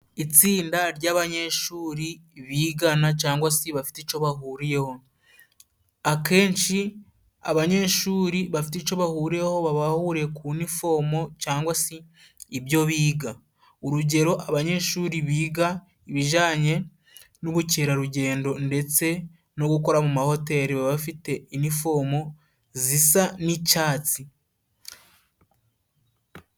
Itsinda ry'abanyeshuri bigana cyangwa se bafite icyo bahuriyeho, akenshi abanyeshuri bafite icyo bahuriyeho babahuriye ku nifomo cyangwa se ibyo biga urugero; Aabanyeshuri biga ibijanye n'ubukerarugendo ndetse no gukora mu mahoteli baba bafite inifomu zisa n'icyatsi.